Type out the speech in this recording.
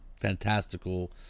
fantastical